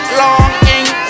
longing